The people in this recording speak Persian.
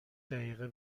دقیقه